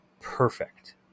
perfect